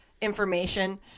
information